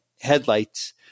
headlights